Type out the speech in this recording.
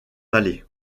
vallée